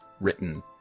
written